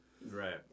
Right